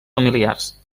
familiars